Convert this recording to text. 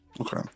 Okay